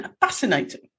fascinating